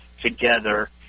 together